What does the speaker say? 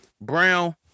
Brown